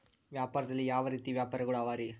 ವ್ಯಾಪಾರದಲ್ಲಿ ಯಾವ ರೇತಿ ವ್ಯಾಪಾರಗಳು ಅವರಿ?